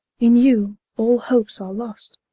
in you all hopes are lost.